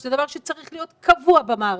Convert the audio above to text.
שזה דבר שצריך להיות קבוע במערכת,